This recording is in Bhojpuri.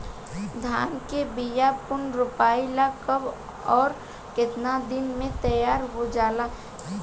धान के बिया पुनः रोपाई ला कब और केतना दिन में तैयार होजाला?